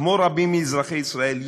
כמו רבים מאזרחי ישראל,